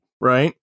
right